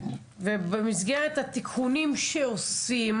ובמסגרת התיקונים שעושים